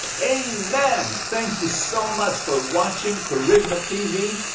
amen. thank you so much for watching kerygma tv.